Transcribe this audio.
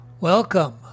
Welcome